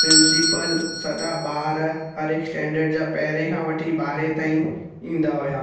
principal सॼा ॿार हर हिकु स्टैंडड जा पहिरें खां वठी ॿारहें ताईं ईंदा हुया